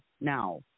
now